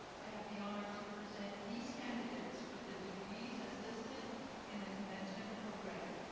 i have the honor to present these candidates for the degrees as listed in the commencement program.